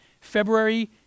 February